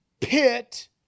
pit